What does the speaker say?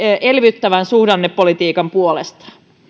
elvyttävän suhdannepolitiikan puolesta